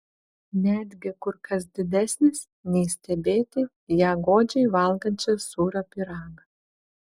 netgi kur kas didesnis nei stebėti ją godžiai valgančią sūrio pyragą